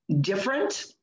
different